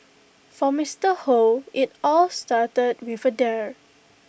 for Mister Hoe IT all started with A dare